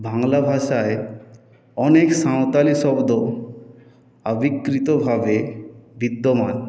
বাংলা ভাষায় অনেক সাঁওতালি শব্দ অবিকৃতভাবে বিদ্যমান